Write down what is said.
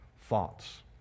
thoughts